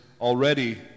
already